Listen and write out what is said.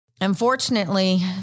Unfortunately